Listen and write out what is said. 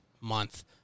month